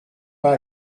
pas